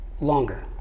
longer